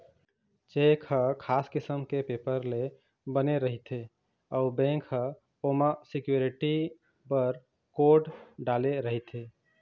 cheque ह खास किसम के पेपर ले बने रहिथे अउ बेंक ह ओमा सिक्यूरिटी बर कोड डाले रहिथे